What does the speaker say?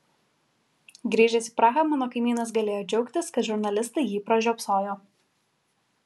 grįžęs į prahą mano kaimynas galėjo džiaugtis kad žurnalistai jį pražiopsojo